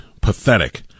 pathetic